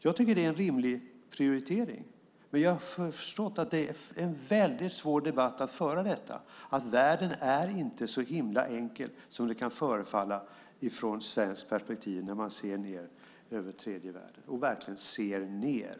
Jag tycker att det är en rimlig prioritering, men jag har förstått att det är en väldigt svår debatt att föra, att säga att världen inte är så himla enkel som det kan förefalla från svenskt perspektiv när man ser ned över tredje världen - och verkligen ser ned .